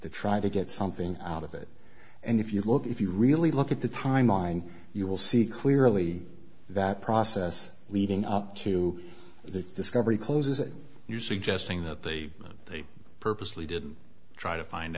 to try to get something out of it and if you look if you really look at the timeline you will see clearly that process leading up to the discovery closes that you're suggesting that they they purposely didn't try to find